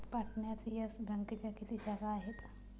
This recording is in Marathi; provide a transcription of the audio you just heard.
पाटण्यात येस बँकेच्या किती शाखा आहेत?